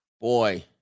Boy